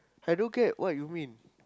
I don't get what you mean